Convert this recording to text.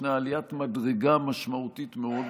יש עליית מדרגה משמעותית מאוד,